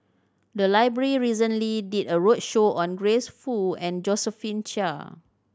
the library recently did a roadshow on Grace Fu and Josephine Chia